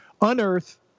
unearth